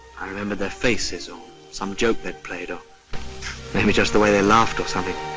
i remember their faces or some joke they'd played or maybe just the way they'd laughed or something.